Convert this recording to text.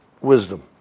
wisdom